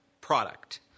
product